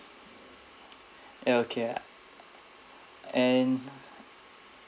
ah okay ah and